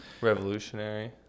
revolutionary